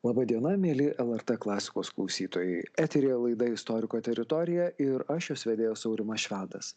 laba diena mieli lrt klasikos klausytojai eteryje laida istoriko teritorija ir aš jos vedėjas aurimas švedas